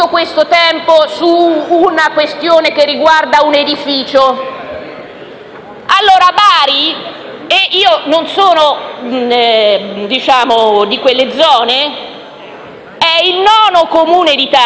questo tempo su una questione che riguarda un edificio. Bari - e io non sono di quelle zone - è il nono Comune d'Italia,